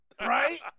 Right